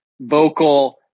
vocal